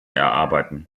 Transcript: erarbeiten